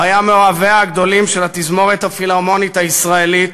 הוא היה מאוהביה הגדולים של התזמורת הפילהרמונית הישראלית.